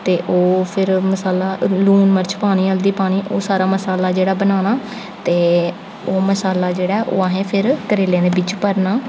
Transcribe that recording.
ते ओह् फिर मसाला लून मरच पानी हल्दी पानी ओह सारा मसाला जेह्ड़ा बनाना ते ओह् मसाला जेह्ड़ा ऐ ओह् अहे्ं फिर करेलें दे बिच भरना